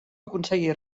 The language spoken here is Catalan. aconseguir